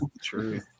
true